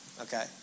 Okay